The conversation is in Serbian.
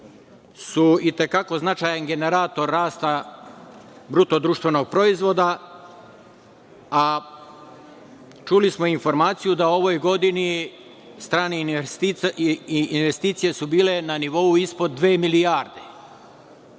su i te kako značajni generator rasta bruto društvenog proizvoda, a čuli smo informaciju da u ovoj godini strane investicije su bile na nivou ispod dve milijarde.